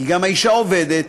כי גם האישה עובדת,